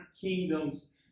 kingdoms